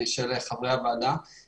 שהיא מרכזת את הנושא במנהל התכנון.